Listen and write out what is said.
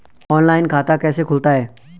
Online खाता कैसे खुलता है?